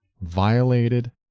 violated